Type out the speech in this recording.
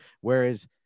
whereas